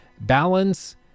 balance